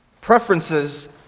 Preferences